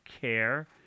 care